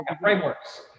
frameworks